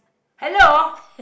hello